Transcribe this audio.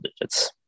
digits